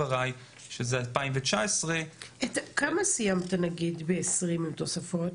שזה 2019 --- אתה יודע כמה סיימת את שנת 2020 עם תוספות?